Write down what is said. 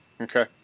Okay